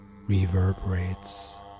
reverberates